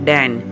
Dan